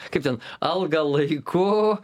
kaip ten algą laiku